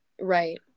Right